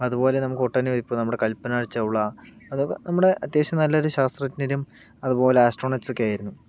അതുപോലെ നമുക്ക് ഒട്ടനവധി ഇപ്പോൾ നമ്മുടെ കൽപ്പന ചൗള അത് നമ്മുടെ അത്യാവശ്യം നല്ലൊരു ശാസ്ത്രജ്ഞരും അതുപോലെ അസ്ട്രോനട്സൊക്കെയായിരുന്നു